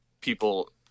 people